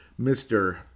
Mr